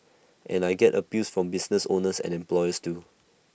and I get appeals from business owners and employers too